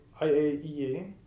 iaea